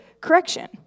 correction